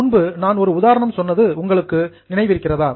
முன்பு நான் ஒரு உதாரணம் சொன்னது உங்களுக்கு நினைவிருக்கிறதா